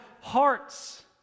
hearts